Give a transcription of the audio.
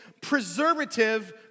preservative